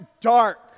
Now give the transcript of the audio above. dark